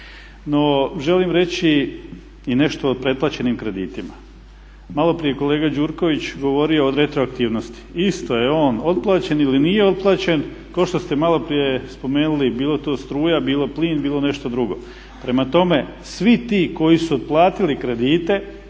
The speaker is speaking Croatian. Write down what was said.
No, želim reći i nešto o preplaćenim kreditima. Malo prije je kolega Gjurković govorio o retroaktivnosti. Isto je on otplaćen ili nije otplaćen kao što ste malo prije spomenuli bilo to struja, bilo plin, bilo nešto drugo. Prema tome, svi ti koji su otplatili kredite,